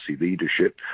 leadership